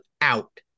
out